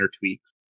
tweaks